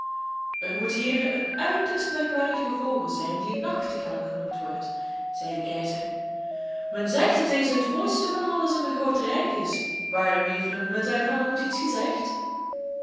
er moet hier een uiterst merkwaardige vogel zijn die nachtegaal genoemd wordt zei de keizer men zegt dat deze het mooiste van alles in mijn groot rijk is waarom heeft men mij daarvan nooit iets gezegd